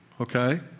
Okay